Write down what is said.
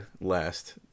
last